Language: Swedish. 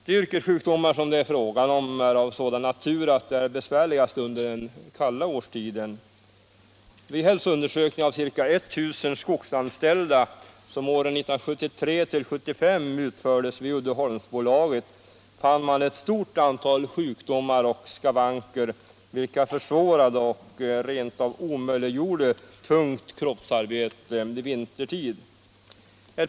De yrkessjukdomar som det är fråga om är av sådan natur att de är besvärligast under den kallaste årstiden. Vid en hälsoundersökning av ca 1000 skogsanställda som åren 1973-1975 utfördes vid Uddeholmsbolaget fann man ett stort antal sjukdomar och skavanker, vilka försvårade och rent av omöjliggjorde tungt kroppsarbete vintertid.